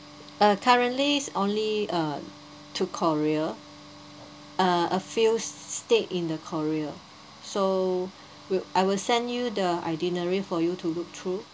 uh currently only uh to korea uh a few state in the korea so will I will send you the itinerary for you to look through